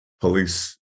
police